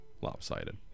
lopsided